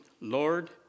Lord